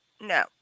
No